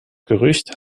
gerücht